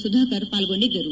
ಸುಧಾಕರ್ ಪಾಲ್ಗೊಂಡಿದ್ದರು